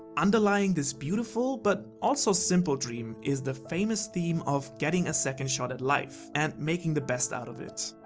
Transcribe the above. underlying this beautiful, but also simple dream is the famous theme of getting a second shot at life and making the best out of it.